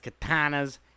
katanas